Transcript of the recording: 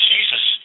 Jesus